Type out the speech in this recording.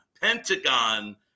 Pentagon